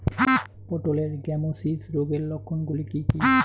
পটলের গ্যামোসিস রোগের লক্ষণগুলি কী কী?